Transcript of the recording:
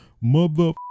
mother